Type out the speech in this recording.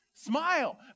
Smile